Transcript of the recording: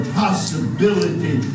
possibility